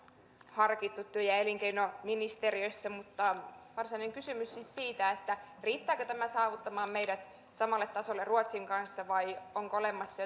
harkittu työ ja elinkeinoministeriössä mutta varsinainen kysymys on siis siitä riittääkö tämä saattamaan meidät samalle tasolle ruotsin kanssa vai onko olemassa